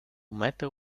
matter